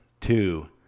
two